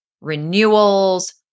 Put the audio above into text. renewals